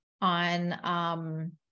on